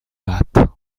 hâte